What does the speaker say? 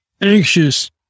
anxious